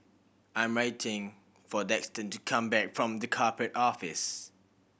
I'm writing for Daxton to come back from The Corporate Office